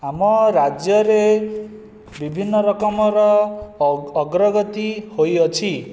ଆମ ରାଜ୍ୟରେ ବିଭିନ୍ନ ରକମର ଅଗ୍ରଗତି ହୋଇଅଛି